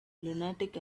lunatic